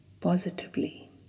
positively